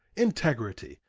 integrity,